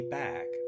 back